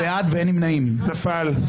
נפל.